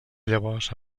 llavors